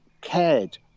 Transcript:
cared